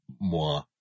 moi